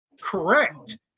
correct